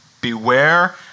Beware